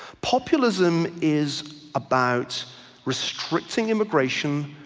populism is about restricting immigration,